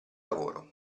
lavoro